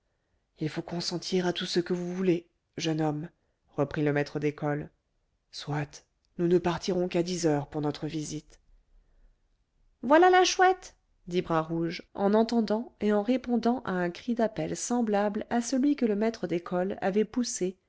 il faut consentir à tout ce que vous voulez jeune homme reprit le maître d'école soit nous ne partirons qu'à dix heures pour notre visite voilà la chouette dit bras rouge en entendant et en répondant un cri d'appel semblable à celui que le maître d'école avait poussé